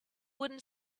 wooden